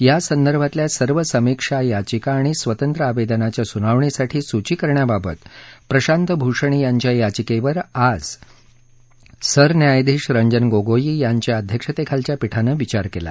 या संदर्भातल्या सर्व समीक्षा याचिका आणि स्वतंत्र आवेदनाच्या सुनावणीसाठी सुची करण्याबाबत प्रशांत भूषण यांच्या याचिकेवर आज सरन्यायाधीश रंजन गोगोई यांचय अध्यक्षतेखालच्या पीठानं विचार केला